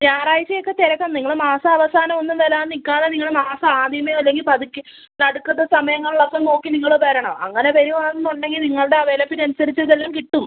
ഞായറാഴ്ച ഒക്കെ തിരക്കാ നിങ്ങൾ മാസാവസാനം ഒന്നും വരാൻ നിൽക്കാതെ നിങ്ങൾ മാസം ആദ്യമേയോ അല്ലെങ്കിൽ പതുക്കെ നടുക്കത്ത സമയങ്ങളിൽ ഒക്കെ നോക്കി നിങ്ങൾ വരണം അങ്ങനെ വരികയാണ് എന്നുണ്ടെങ്കിൽ നിങ്ങളുടെ അവൈലബിലിറ്റി അനുസരിച്ച് ഇതെല്ലം കിട്ടും